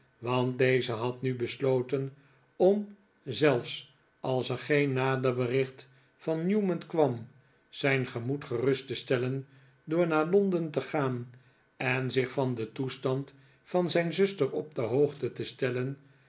want deze had nu besloten om zelfs als er geeii nader bericht van newman kwam zijn gemoed gerust te stellen door naar londen te gaan en zich van den toestand van zijn zuster op de hoogte te stellen